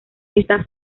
está